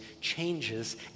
changes